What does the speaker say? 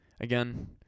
again